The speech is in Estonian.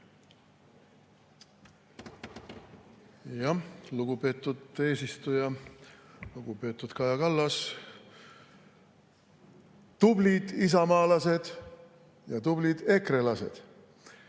Lugupeetud eesistuja! Lugupeetud Kaja Kallas! Tublid isamaalased ja tublid EKRE‑lased